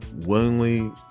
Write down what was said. willingly